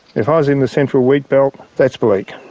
if i was in the central wheat belt, that's bleak.